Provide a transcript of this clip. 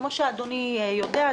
כמו שאדוני יודע,